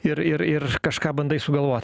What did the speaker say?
ir ir ir kažką bandai sugalvot